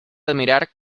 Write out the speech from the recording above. admirar